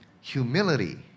humility